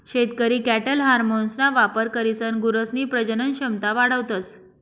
शेतकरी कॅटल हार्मोन्सना वापर करीसन गुरसनी प्रजनन क्षमता वाढावतस